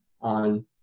on